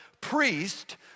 priest